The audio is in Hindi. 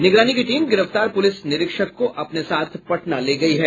निगरानी की टीम गिरफ्तार प्रलिस निरीक्षक को अपने साथ पटना ले गयी है